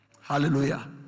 Hallelujah